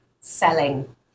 selling